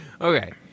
Okay